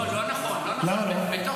לא, לא נכון, לא נכון,